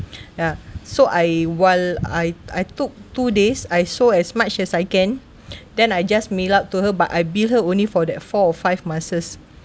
ya so I while I I took two days I sold as much as I can then I just made up to her but I bill her only for that four or five masks